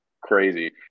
Crazy